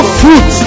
fruit